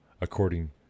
according